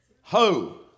Ho